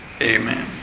Amen